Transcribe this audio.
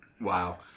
Wow